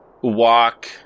walk